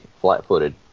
flat-footed